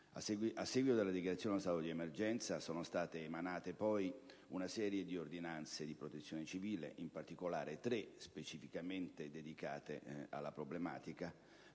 A seguito della dichiarazione dello stato di emergenza sono state emanate poi una serie di ordinanze di protezione civile, in particolare tre, specificamente dedicate alla problematica,